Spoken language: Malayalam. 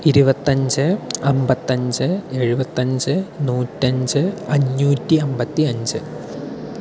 ഇരുപത്തഞ്ച് അമ്പത്തഞ്ച് എഴുപത്തഞ്ച് നൂറ്റഞ്ച് അഞ്ഞൂറ്റി അമ്പത്തി അഞ്ച്